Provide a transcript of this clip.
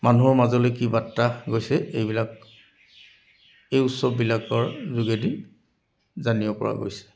মানুহৰ মাজলৈ কি বাৰ্তা গৈছে এইবিলাক এই উৎসৱবিলাকৰ যোগেদি জানিব পৰা গৈছে